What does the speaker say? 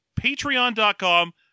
Patreon.com